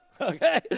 Okay